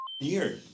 year